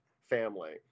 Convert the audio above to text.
family